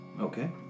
Okay